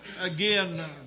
again